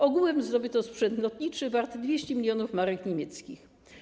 Ogółem zdobyto sprzęt lotniczy warty 200 mln marek niemieckich.